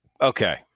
Okay